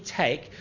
take